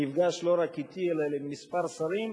נפגש לא רק אתי אלא עם כמה שרים,